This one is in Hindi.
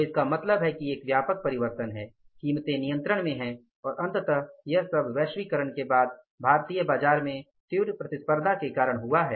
तो इसका मतलब है कि एक व्यापक परिवर्तन है कीमतें नियंत्रण में हैं और अंततः यह सब वैश्वीकरण के बाद भारतीय बाजार में तीव्र प्रतिस्पर्धा के कारण हुआ है